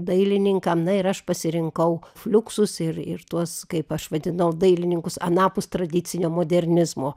dailininkam na ir aš pasirinkau fliuksus ir ir tuos kaip aš vadinau dailininkus anapus tradicinio modernizmo